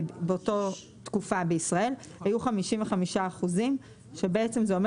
באותו תקופה בישראל היו ,55% שבעצם זה אומר